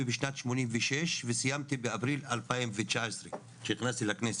בשנת 86' ואני סיימתי באפריל 2019 כשנכנסתי לכנסת.